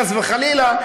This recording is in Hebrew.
חס וחלילה,